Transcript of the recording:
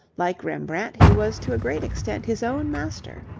like rembrandt he was to a great extent his own master.